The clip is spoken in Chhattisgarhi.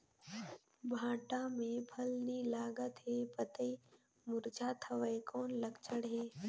भांटा मे फल नी लागत हे पतई मुरझात हवय कौन लक्षण हे?